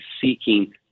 seeking